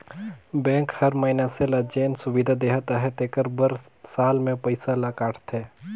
bank हर मइनसे ल जेन सुबिधा देहत अहे तेकर बर साल में पइसा ल काटथे